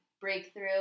breakthrough